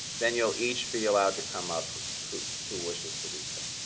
then you'll each be allowed to come up who who wishes to do so.